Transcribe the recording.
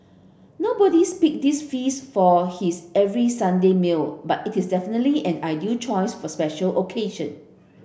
nobodies pick this feast for his every Sunday meal but it is definitely an ideal choice for special occasion